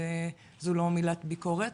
זו לא מילת ביקורת